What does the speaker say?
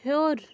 ہیوٚر